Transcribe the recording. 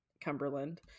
Cumberland